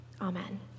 Amen